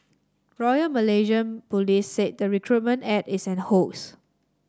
royal Malaysian Police said the recruitment ad is a hoax